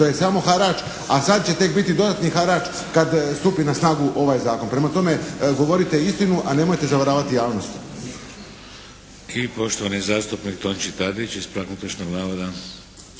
to je samo harač a sad će tek biti dodatni harač kad stupi na snagu ovaj zakon. Prema tome govorite istinu, a nemojte zavaravati javnost.